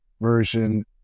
version